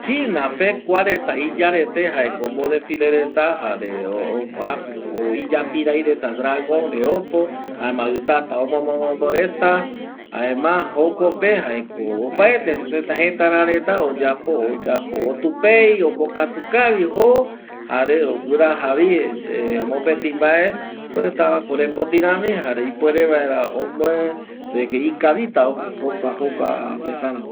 China pe kua reta y yareta jae ko omodesfile reta jare iyaipira reta dragon re opo jaema tata omombo mombo reta jaema jokope jaeko opaete jetera reta oyapo otupei ombokatu kavi jo jare guraja vi mopeti mbae pitava korepoti rami jare ipuere vaera omue de ke ikavita jokua reta ra va